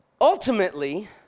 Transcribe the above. ultimately